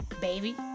Baby